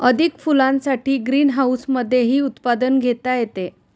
अधिक फुलांसाठी ग्रीनहाऊसमधेही उत्पादन घेता येते